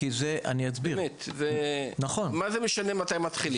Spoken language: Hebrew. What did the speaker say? מה זה משנה מתי מתחילים?